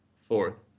fourth